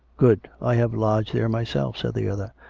good. i have lodged there myself, said the other.